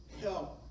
help